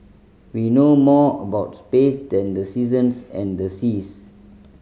we know more about space than the seasons and the seas